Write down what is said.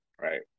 right